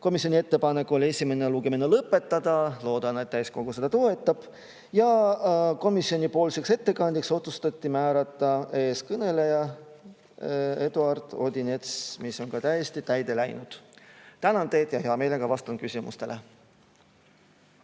Komisjoni ettepanek on esimene lugemine lõpetada. Loodan, et täiskogu seda toetab. Ja komisjoni ettekandjaks otsustati määrata Eduard Odinets, see on ka täiesti täide läinud. Tänan teid ja hea meelega vastan küsimustele.